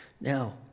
Now